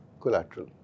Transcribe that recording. collateral